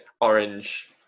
orange